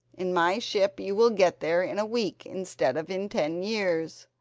in my ship you will get there in a week instead of in ten years.